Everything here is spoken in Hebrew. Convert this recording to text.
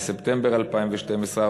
בספטמבר 2012,